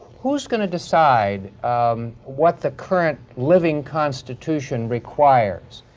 who's gonna decide um what the current living constitution requires?